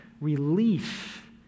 relief